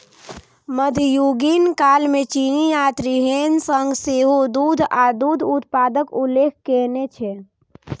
मध्ययुगीन काल मे चीनी यात्री ह्वेन सांग सेहो दूध आ दूध उत्पादक उल्लेख कयने छै